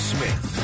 Smith